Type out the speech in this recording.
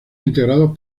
integrados